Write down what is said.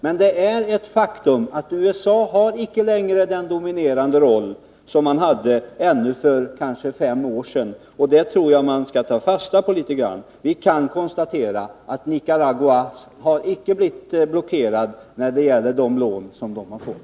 Men det är ett faktum att USA inte längre har den dominerande roll som man hade ännu för fem år sedan, och jag tror att man skall ta fasta på det litet grand. Man kan konstatera att Nicaragua inte har blivit blockerat när det gäller de lån som landet har fått.